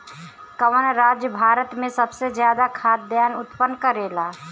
कवन राज्य भारत में सबसे ज्यादा खाद्यान उत्पन्न करेला?